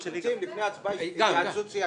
אבל אנחנו רוצים לפני ההצבעה התייעצות סיעתית.